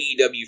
AEW